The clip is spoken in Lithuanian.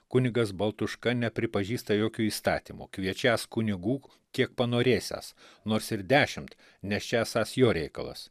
kunigas baltuška nepripažįsta jokio įstatymo kviečiąs kunigų kiek panorėsiąs nors ir dešimt nes čia esąs jo reikalas